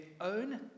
own